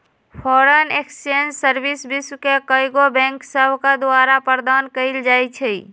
foreign exchange service विश्व के कएगो बैंक सभके द्वारा प्रदान कएल जाइ छइ